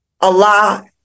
Allah